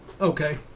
Okay